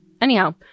Anyhow